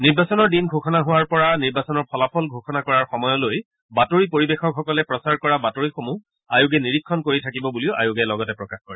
নিৰ্বাচনৰ দিন ঘোষণা হোৱাৰ পৰা নিৰ্বাচনৰ ফলাফল ঘোষণা কৰাৰ সময়লৈ বাতৰি পৰিৱেশক সকলে প্ৰচাৰ কৰা বাতৰিসমূহ আয়োগে নিৰীক্ষণ কৰি থাকিব বুলিও আয়োগে লগতে প্ৰকাশ কৰে